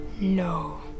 No